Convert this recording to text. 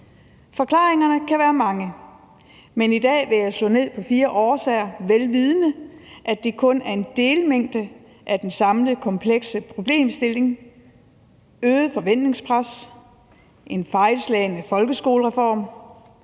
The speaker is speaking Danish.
Forklaringerne kan være mange, men i dag vil jeg slå ned på fire årsager, vel vidende at det kun er en delmængde af den samlede komplekse problemstilling: øget forventningspres, en fejlslagen folkeskolereform,